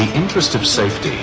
interests of safety,